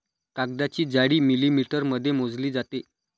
कागदाची जाडी मिलिमीटरमध्ये मोजली जाते